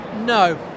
No